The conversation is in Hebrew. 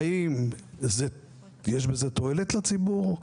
האם יש בזה תועלת לציבור?